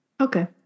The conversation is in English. Okay